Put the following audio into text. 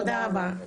תודה רבה.